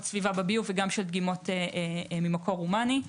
סביבה בביוב וגם של דגימות ממקור הומני.